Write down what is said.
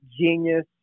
genius